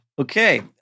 Okay